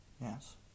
Yes